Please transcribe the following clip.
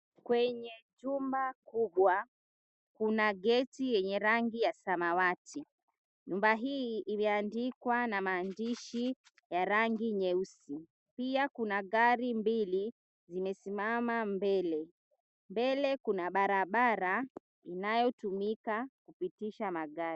Kwenye jumba kubwa kuna geti yenye rangi ya samawati. Nyumba hii imeandikwa na maandishi ya rangi nyeusi. Pia kuna gari mbili zimesimama mbele. Mbele kuna barabara inayotumika kupitisha magari.